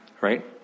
Right